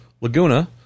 Laguna